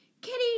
Kitty